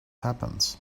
happens